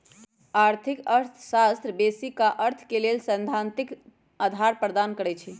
आर्थिक अर्थशास्त्र बेशी क अर्थ के लेल सैद्धांतिक अधार प्रदान करई छै